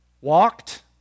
walked